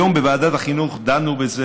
היום בוועדת החינוך דנו בזה,